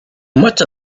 much